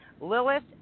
Lilith